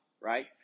right